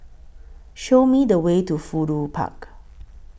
Show Me The Way to Fudu Park